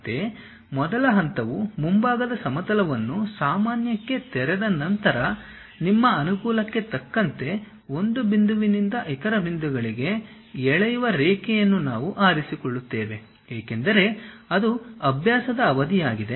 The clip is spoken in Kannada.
ಮತ್ತೆ ಮೊದಲ ಹಂತವು ಮುಂಭಾಗದ ಸಮತಲವನ್ನು ಸಾಮಾನ್ಯಕ್ಕೆ ತೆರೆದ ನಂತರ ನಿಮ್ಮ ಅನುಕೂಲಕ್ಕೆ ತಕ್ಕಂತೆ ಒಂದು ಬಿಂದುವಿನಿಂದ ಇತರ ಬಿಂದುಗಳಿಗೆ ಎಳೆಯುವ ರೇಖೆಯನ್ನು ನಾವು ಆರಿಸಿಕೊಳ್ಳುತ್ತೇವೆ ಏಕೆಂದರೆ ಅದು ಅಭ್ಯಾಸದ ಅವಧಿಯಾಗಿದೆ